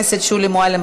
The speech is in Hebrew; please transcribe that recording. שישה מתנגדים, נמנע אחד.